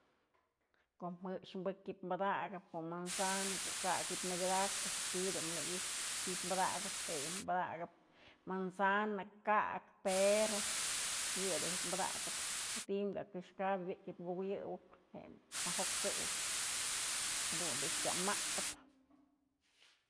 Ko'om jëx bëk ji'ib padakëp, manzana, ko'o ka'ak jibyë nëpyadakëp, ti'i dun myak ijpyë jibyë padakëp manzana, ka'ak, pera, yë du ji'ib padakë, ko'o ti'i kë këx kabyë jebik ji'ibyë kukëyëp, je'e majokxëp jadun dun kya matëp.